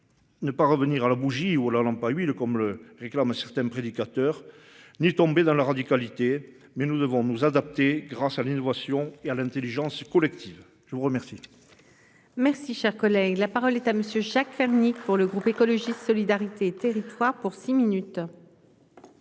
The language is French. Ne pas revenir à la bougie ou la lampe à huile, comme le réclament certains prédicateurs ni tomber dans la radicalité mais nous devons nous adapter grâce à l'innovation et à l'Intelligence collective. Je vous remercie. Merci, cher collègue, la parole est à monsieur Jacques Fernique. Pour le groupe écologiste solidarité et territoires pour six minutes.